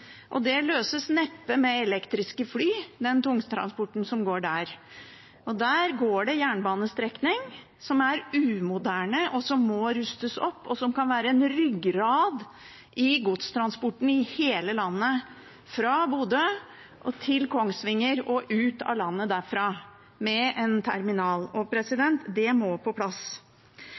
Og det løses neppe med elektriske fly, den tungtransporten som går der. Der går det en jernbanestrekning som er umoderne, og som må rustes opp, og som kan være en ryggrad i godstransporten i hele landet – fra Bodø til Kongsvinger og ut av landet derfra med en terminal. Det må på plass.